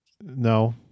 No